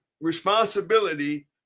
responsibility